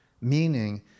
Meaning